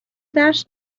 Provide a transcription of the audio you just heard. درس